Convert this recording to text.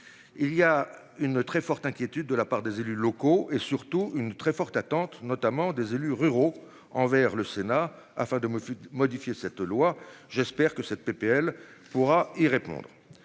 Il y a une très forte inquiétude de la part des élus locaux et surtout une très forte attente notamment des élus ruraux envers le Sénat afin de modifier cette loi. J'espère que cette PPL pourra y répondre.